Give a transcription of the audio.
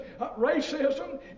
racism